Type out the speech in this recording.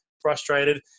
frustrated